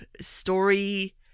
story